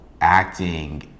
acting